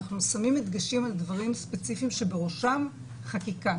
אנחנו שמים הדגשים על דברים ספציפיים שבראשם חקיקה.